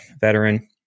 veteran